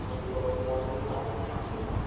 हां जी तो मैं मॉर्निंग में आ जाऊंगा आपके पास